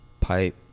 pipe